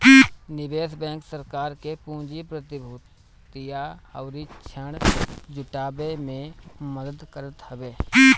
निवेश बैंक सरकार के पूंजी, प्रतिभूतियां अउरी ऋण जुटाए में मदद करत हवे